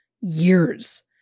years